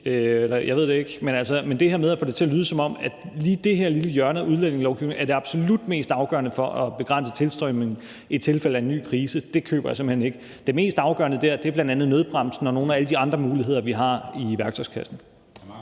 Jeg ved det ikke, men det her med at få det til at lyde, som om at lige det her lille hjørne af udlændingelovgivningen er det absolut mest afgørende i forhold til at begrænse tilstrømningen i tilfælde af en ny krise, køber jeg simpelt hen ikke. Det mest afgørende dér er bl.a. nødbremsen og nogle af alle de andre muligheder, vi har i værktøjskassen.